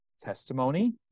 testimony